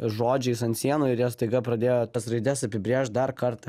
žodžiais ant sienų ir jie staiga pradėjo tas raides apibrėž dar kartą